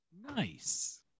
Nice